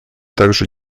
также